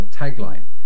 tagline